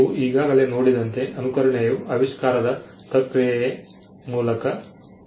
ನೀವು ಈಗಾಗಲೇ ನೋಡಿದಂತೆ ಅನುಕರಣೆಯೂ ಆವಿಷ್ಕಾರದ ಪ್ರಕ್ರಿಯೆಯ ಮೂಲಕ ಬಂದಿದೆ